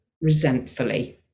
resentfully